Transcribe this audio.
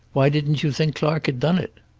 why didn't you think clark had done it?